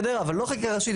אבל לא חקיקה ראשית,